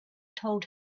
told